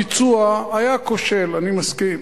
הביצוע היה כושל, אני מסכים.